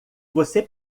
você